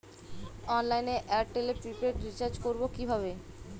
অনলাইনে এয়ারটেলে prepaid recharge করবো কিভাবে?